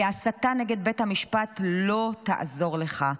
כי ההסתה נגד בית המשפט לא תעזור לך.